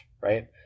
right